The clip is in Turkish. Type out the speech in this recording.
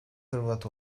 hırvat